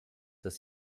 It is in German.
dass